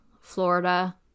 Florida